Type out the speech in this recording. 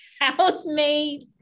housemate